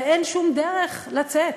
ואין שום דרך לצאת.